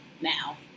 now